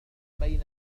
بين